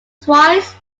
twice